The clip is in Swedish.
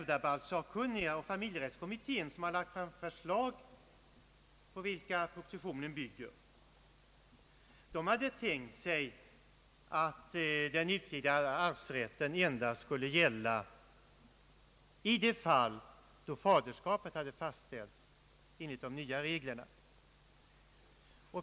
Ärvdabalkssakkunniga och familjerättskommittén, som har lagt fram förslag på vilka propositionen bygger, hade tänkt sig att den utvidgade arvsrätten skulle gälla endast i de fall då faderskapet hade fastställts enligt de nya reglerna.